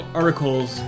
articles